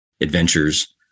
adventures